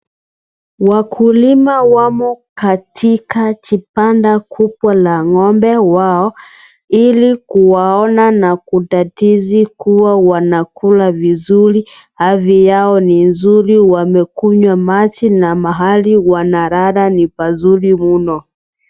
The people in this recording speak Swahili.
Wakulima wamo katika chipanda kubwa la ng'ombe wao ilikuwaona na kudadisi kua wanakula vizuri, afya yao ni nzuri, wamekunywa maji na mahali wanalala ni pazuri mno.